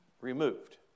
removed